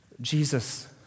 Jesus